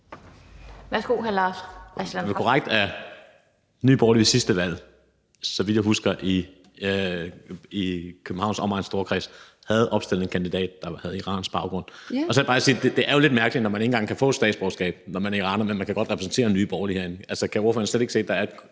da korrekt, at Nye Borgerlige ved sidste valg, så vidt jeg husker i Københavns Omegns Storkreds, havde opstillet en kandidat, der havde iransk baggrund. Og så vil jeg bare sige, at det da er lidt mærkeligt, at man ikke engang kan få et statsborgerskab, når man er iraner, men man kan godt repræsentere Nye Borgerlige herinde. Kan ordføreren slet ikke se, at der er et